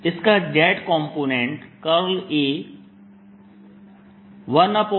इसका z component A